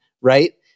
Right